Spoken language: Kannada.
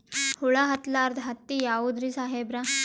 ಹುಳ ಹತ್ತಲಾರ್ದ ಹತ್ತಿ ಯಾವುದ್ರಿ ಸಾಹೇಬರ?